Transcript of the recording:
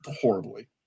horribly